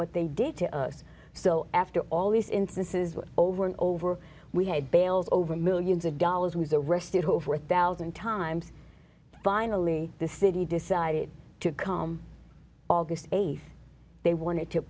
what they did to us so after all these instances were over and over we had bells over millions of dollars was arrested over a one thousand times finally the city decided to come august th they wanted to